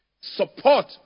support